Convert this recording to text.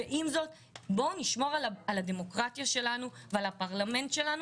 ועם זאת בואו נשמור על הדמוקרטיה שלנו ועל הפרלמנט שלנו,